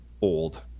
old